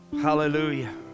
Hallelujah